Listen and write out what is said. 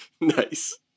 Nice